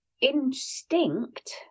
Instinct